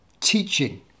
teaching